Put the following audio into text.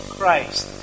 Christ